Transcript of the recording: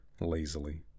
lazily